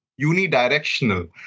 unidirectional